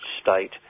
state